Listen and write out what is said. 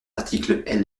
articles